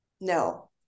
No